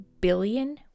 billion